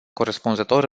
corespunzător